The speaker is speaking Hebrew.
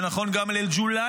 זה נכון גם לאל-ג'ולאני.